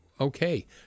okay